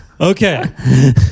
Okay